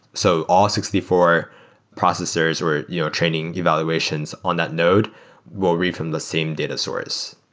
so all sixty four processors or you know or training evaluations on that node will read from the same data source.